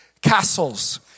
castles